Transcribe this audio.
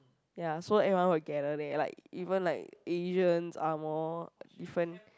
ya so everyone will gathered there like even like Asians angmoh different